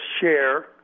share